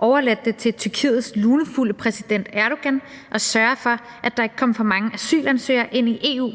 overladt det til Tyrkiets lunefulde præsident Erdogan at sørge for, at der ikke kom for mange asylansøgere ind i EU